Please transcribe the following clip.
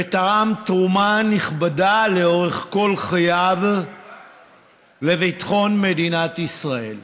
ותרם תרומה נכבדה לאורך כל חייו לביטחון מדינת ישראל,